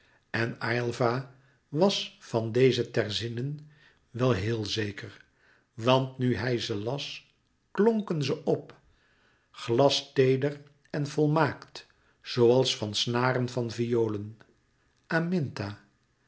en aylva was van deze terzinen wel heel zeker want nu hij ze las klonken ze op glasteeder en volmaakt zooals van snaren van violen